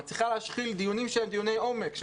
אתם מצליחים להשחיל דיונים שהם דיוני עומק,